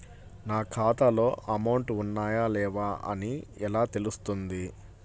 నా ఖాతాలో అమౌంట్ ఉన్నాయా లేవా అని ఎలా తెలుస్తుంది?